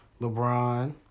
LeBron